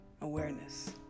awareness